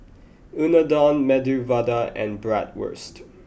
Unadon Medu Vada and Bratwurst